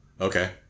okay